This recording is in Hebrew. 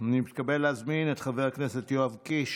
אני מתכבד להזמין את חבר הכנסת יואב קיש,